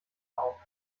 auf